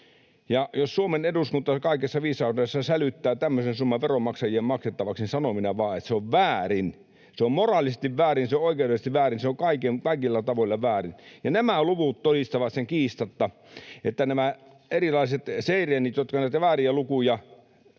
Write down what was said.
Jos Suomen eduskunta kaikessa viisaudessaan sälyttää tämmöisen summan veronmaksajien maksettavaksi, niin sanon minä vaan, että se on väärin. Se on moraalisesti väärin, se on oikeudellisesti väärin, se on kaikilla tavoilla väärin, ja nämä luvut todistavat sen kiistatta. Nämä erilaiset seireenit näitä vääriä lukuja